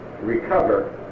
recover